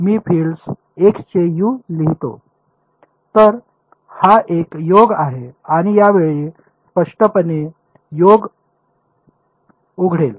तर हा एक योग आहे आणि यावेळी स्पष्टपणे योग उघडेल